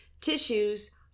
Tissues